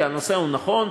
כי הנושא הוא נכון,